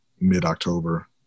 mid-October